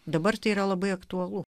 dabar tai yra labai aktualu